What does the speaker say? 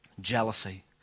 Jealousy